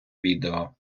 відео